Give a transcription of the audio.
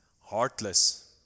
heartless